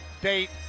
date